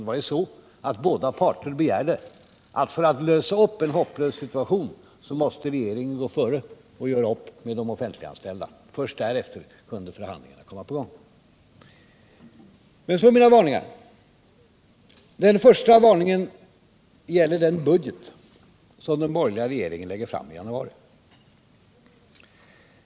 Det var ju så att båda parter begärde att, för att lösa upp en hopplös situation, regeringen måste gå före och göra upp med de offentliganställda. Först därefter kunde förhandlingarna komma i gång. Nu till mina varningar. Den första varningen gäller den budget som den borgerliga regeringen lägger fram i januari.